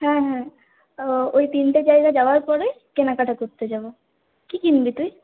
হ্যাঁ হ্যাঁ ওই তিনটে জায়গা যাওয়ার পরে কেনাকাটা করতে যাবো কি কিনবি তুই